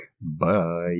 Bye